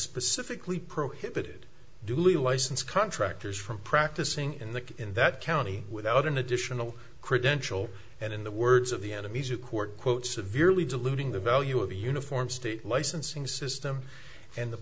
specifically prohibited dually license contractors from practicing in the in that county without an additional credential and in the words of the enemies a court quote severely diluting the value of the uniform state licensing system and the